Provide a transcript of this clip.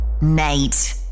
Nate